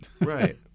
Right